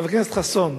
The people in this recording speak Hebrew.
חבר הכנסת חסון,